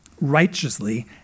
righteously